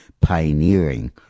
pioneering